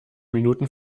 minuten